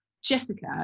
Jessica